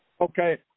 Okay